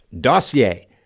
dossier